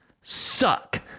suck